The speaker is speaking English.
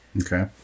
Okay